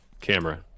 camera